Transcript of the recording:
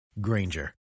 Granger